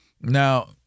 Now